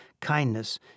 kindness